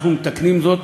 ואנחנו מתקנים זאת.